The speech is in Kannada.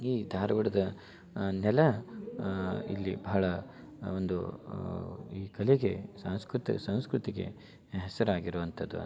ಈ ಧಾರವಾಡದ ನೆಲ ಇಲ್ಲಿ ಬಹಳ ಒಂದು ಈ ಕಲೆಗೆ ಸಂಸ್ಕೃತಿ ಸಂಸ್ಕೃತಿಗೆ ಹೆಸರಾಗಿರುವಂಥದ್ದು ಅಂತ